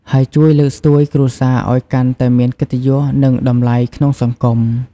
ហើយជួយលើកស្ទួយគ្រួសារឲ្យកាន់តែមានកិត្តិយស និងតម្លៃក្នុងសង្គម។